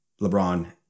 LeBron